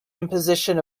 imposition